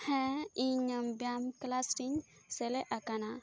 ᱦᱮᱸ ᱤᱧ ᱵᱮᱭᱟᱢ ᱠᱞᱟᱥ ᱨᱤᱧ ᱥᱮᱞᱮᱫ ᱟᱠᱟᱱᱟ